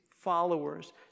followers